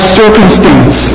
circumstance